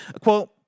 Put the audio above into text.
Quote